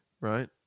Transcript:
right